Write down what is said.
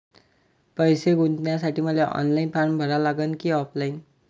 पैसे गुंतन्यासाठी मले ऑनलाईन फारम भरा लागन की ऑफलाईन?